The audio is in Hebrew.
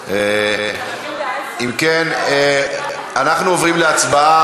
אם כן, אנחנו עוברים להצבעה